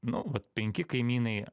nu vat penki kaimynai